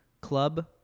club